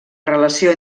relació